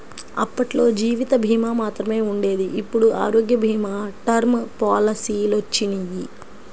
అప్పట్లో జీవిత భీమా మాత్రమే ఉండేది ఇప్పుడు ఆరోగ్య భీమా, టర్మ్ పాలసీలొచ్చినియ్యి